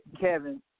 Kevin